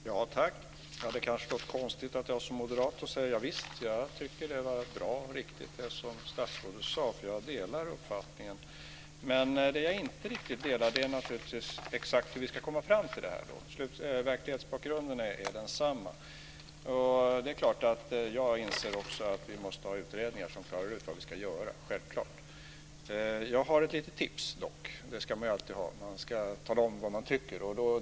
Fru talman! Det kanske låter konstigt att jag som moderat säger: Javisst! Jag tycker att det var bra och riktigt, det som statsrådet sade. Jag delar uppfattningen. Men det jag inte riktigt delar är exakt hur vi ska komma fram till detta. Verklighetsbakgrunden är densamma. Och självklart inser jag också att vi måste ha utredningar som klarar ut vad vi ska göra. Jag har dock ett litet tips. Det ska man ju alltid ha. Man ska tala om vad man tycker.